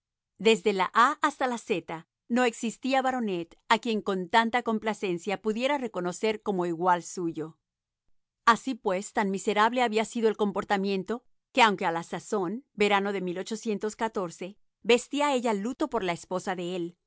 desde la a hasta la z no existía baronet a quien con tanta complacencia pudiera reconocer como igual suyo así pues tan miserable había sido el comportamiento que aunque a la sazónverano de vestía ella luto por la esposa de él